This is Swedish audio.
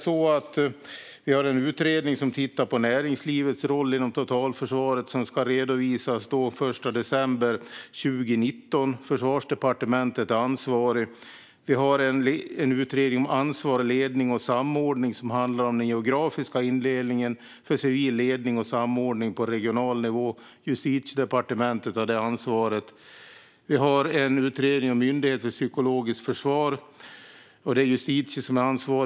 Vi har en utredning som tittar på näringslivets roll inom totalförsvaret, och den ska redovisas den 1 december 2019. Försvarsdepartementet är ansvarigt för detta. Vi har en utredning om ansvar, ledning och samordning som handlar om den geografiska indelningen för civil ledning och samordning på regional nivå. Justitiedepartementet har det ansvaret. Vi har en utredning om en myndighet för psykologiskt försvar. Även den har Justitiedepartementet ansvar för.